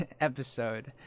episode